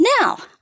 Now